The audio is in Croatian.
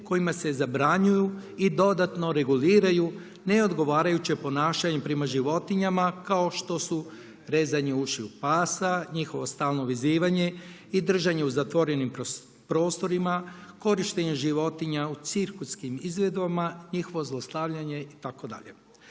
kojima se zabranjuju i dodatno reguliraju neodgovarajuće ponašanje prema životinjama kao što su rezanje ušiju pasa, njihovo stalno vezivanje i držanje u zatvorenim prostorijama, korištenje životinja u cirkuskim izvedbama, njihovo zlostavljanje itd..